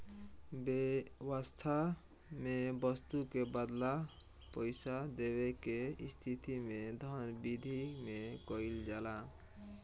बेवस्था में बस्तु के बदला पईसा देवे के स्थिति में धन बिधि में कइल जाला